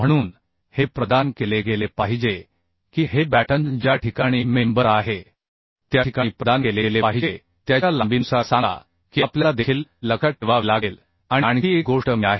म्हणून हे प्रदान केले गेले पाहिजे की हे बॅटन ज्या ठिकाणी मेंबर आहे त्या ठिकाणी प्रदान केले गेले पाहिजे त्याच्या लांबीनुसार सांगा की आपल्याला देखील लक्षात ठेवावे लागेल आणि आणखी एक गोष्ट मी आहे